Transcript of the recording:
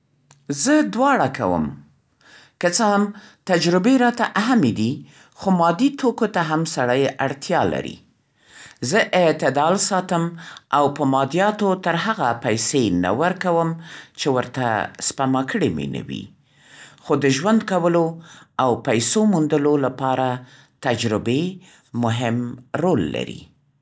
زه دواړه کوم. که څه هم تجربې راته اهمې دي، خو مادي توکو ته هم سړی اړتیا لري. زه اعتدال ساتم او په مادیاتو تر هغه پیسې نه ورکوم چې ورته سپما کړې مې نه وي. خو د ژوند کولو او پیسو موندلو لپاره تجربې مهم رول لري.